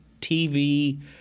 TV